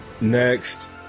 Next